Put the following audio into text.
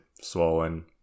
swollen